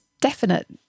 definite